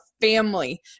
family